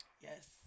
Yes